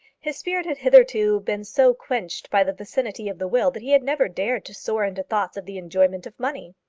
his spirit had hitherto been so quenched by the vicinity of the will that he had never dared to soar into thoughts of the enjoyment of money.